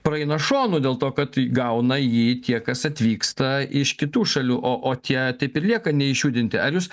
praeina šonu dėl to kad gauna jį tie kas atvyksta iš kitų šalių o o tie taip ir lieka neišjudinti ar jūs